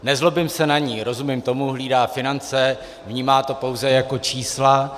Nezlobím se na ni, rozumím tomu, hlídá finance, vnímá to pouze jako čísla.